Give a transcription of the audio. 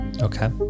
Okay